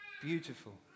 Beautiful